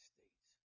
States